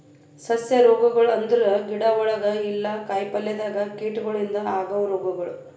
ಸಸ್ಯ ರೋಗಗೊಳ್ ಅಂದುರ್ ಗಿಡ ಒಳಗ ಇಲ್ಲಾ ಕಾಯಿ ಪಲ್ಯದಾಗ್ ಕೀಟಗೊಳಿಂದ್ ಆಗವ್ ರೋಗಗೊಳ್